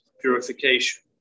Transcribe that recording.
purification